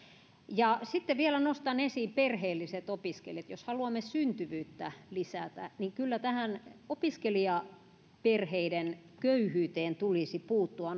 sitten vielä nostan esiin perheelliset opiskelijat jos haluamme syntyvyyttä lisätä niin kyllä tähän opiskelijaperheiden köyhyyteen tulisi puuttua